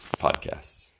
podcasts